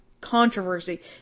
controversy